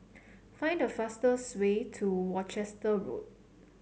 find the fastest way to Worcester Road